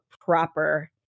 proper